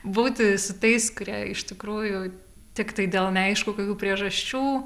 būti su tais kurie iš tikrųjų tiktai dėl neaišku kokių priežasčių